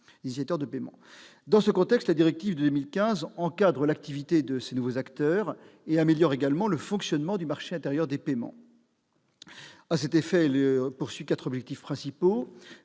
Dans ce contexte, la directive de 2015 encadre l'activité de ces nouveaux acteurs et améliore le fonctionnement du marché intérieur des paiements. À cet effet, elle poursuit quatre objectifs principaux